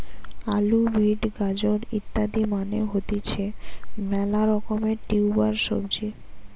আলু, বিট, গাজর ইত্যাদি মানে হতিছে মেলা রকমের টিউবার সবজি